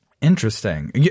Interesting